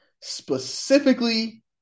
specifically